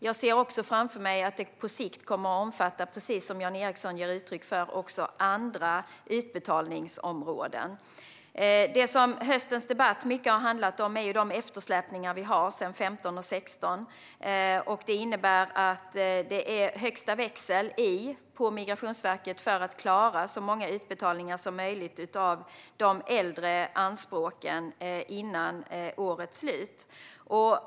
Jag ser också framför mig att det på sikt kommer att omfatta även andra utbetalningsområden, som Jan Ericson önskar. Höstens debatt har i mycket handlat om de eftersläpningar vi har sedan 2015 och 2016. Det innebär att det är högsta växel på Migrationsverket för att klara så många utbetalningar som möjligt före årets slut vad gäller de äldre anspråken.